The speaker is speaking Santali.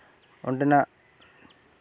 ᱚᱸᱰᱮᱱᱟᱜ